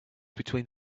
between